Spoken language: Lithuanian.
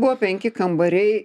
buvo penki kambariai